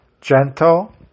gentle